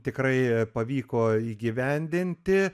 tikrai pavyko įgyvendinti